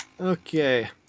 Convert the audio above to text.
Okay